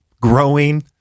growing